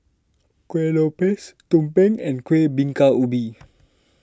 Kueh Lopes Tumpeng and Kueh Bingka Ubi